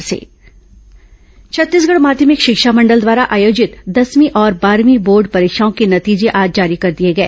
दसवीं बारहवीं परिणाम छत्तीसगढ़ माध्यमिक शिक्षा मंडल द्वारा आयोजित दसवीं और बारहवीं बोर्ड परीक्षाओं के नतीजे आज जारी कर दिए गए